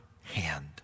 hand